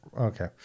Okay